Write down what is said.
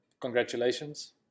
congratulations